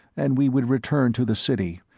and we would return to the city,